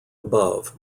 above